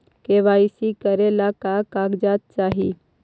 KYC करे ला का का कागजात चाही?